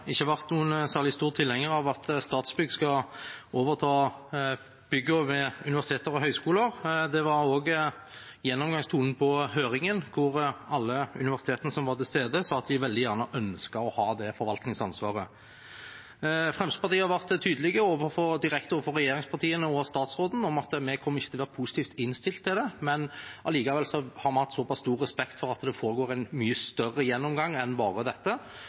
ikke vært noen særlig stor tilhenger av at Statsbygg skal overta byggene ved universiteter og høyskoler. Det var også gjennomgangstonen på høringen, hvor alle universitetene som var til stede, sa at de veldig gjerne ønsket å ha det forvaltningsansvaret. Fremskrittspartiet har vært tydelig og direkte overfor regjeringspartiene og statsråden på at vi ikke kom til å være positivt innstilt til det. Vi har likevel hatt såpass stor respekt for at det foregår en mye større gjennomgang enn bare dette,